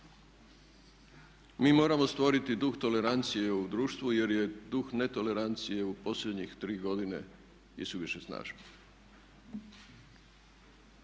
mi moramo stvoriti duh tolerancije u društvu jer je duh netolerancije u posljednjih 3 godine isuviše snažan.